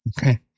okay